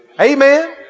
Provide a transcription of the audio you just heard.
Amen